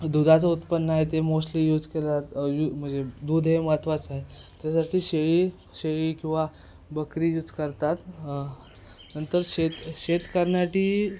दुधाचं उत्पन्न आहे ते मोस्टली यूज केला आ यू म्हणजे दूध हे महत्त्वाचं आहे त्यासाठी शेळी शेळी किंवा बकरी यूज करतात नंतर शेत शेत करण्यासाठी